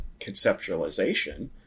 conceptualization